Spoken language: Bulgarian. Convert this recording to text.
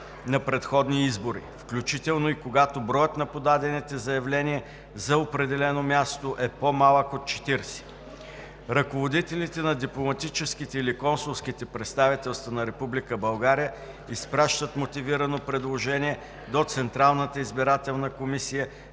на предходни избори, включително и когато броят на подадените заявления за определено място е по-малък от 40; ръководителите на дипломатическите или консулските представителства на Република България изпращат мотивирано предложение до Централната избирателна комисия